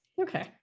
okay